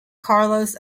carlos